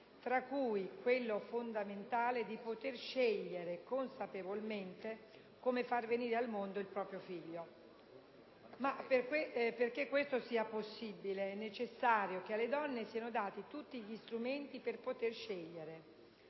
tra cui quello fondamentale di poter scegliere consapevolmente come far venire al mondo il proprio figlio. Ma perché questo sia possibile è necessario che alle donne siano dati tutti gli strumenti per poter scegliere: